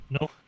No